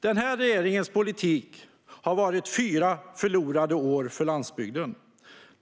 Den här regeringens politik har varit fyra förlorade år för landsbygden.